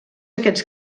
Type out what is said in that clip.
aquests